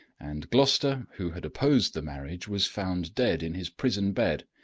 and gloucester, who had opposed the marriage, was found dead in his prison bed,